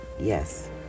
Yes